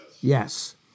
Yes